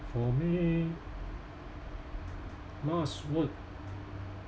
for me last word